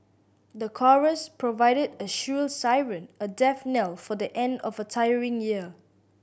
the chorus provided a shrill siren a death knell for the end of a tiring year